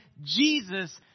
Jesus